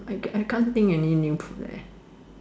I I can't think any new food leh